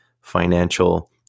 financial